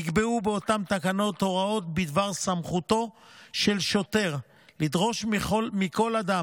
נקבעו באותן תקנות הוראות בדבר סמכותו של שוטר לדרוש מכל אדם